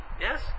yes